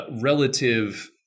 relative